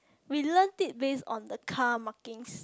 we learnt it based on the car markings